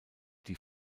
die